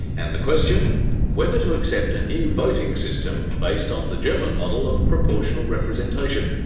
and the question whether to accept a new voting system based on the german model of proportional representation.